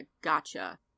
gotcha